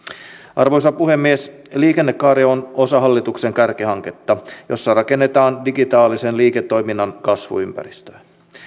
arvoisa puhemies liikennekaari on osa hallituksen kärkihanketta jossa rakennetaan digitaalisen liiketoiminnan kasvuympäristöä